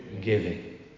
Giving